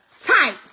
tight